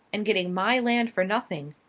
and getting my land for nothing,